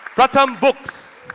pratham books.